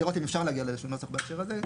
לראות אם אפשר להגיע לאיזה שהוא נוסח בהקשר הזה.